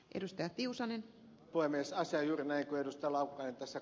asia on juuri näin kuten ed